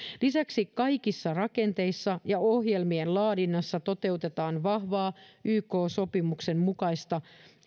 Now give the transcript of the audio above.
lisäksi kaikissa rakenteissa ja ohjelmien laadinnassa toteutetaan vahvaa ykn sopimuksen mukaista